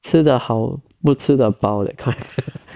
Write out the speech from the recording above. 吃的好不吃的饱 that kind